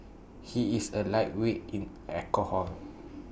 he is A lightweight in alcohol